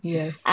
Yes